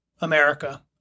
America